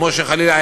חלילה,